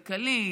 כלכלית,